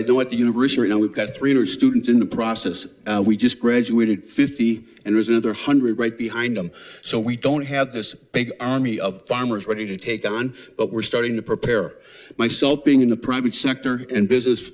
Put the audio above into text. i do it the universe you know we've got three hundred students in the process we just graduated fifty and was another hundred right behind them so we don't have this big army of farmers ready to take on but we're starting to prepare myself being in the private sector in business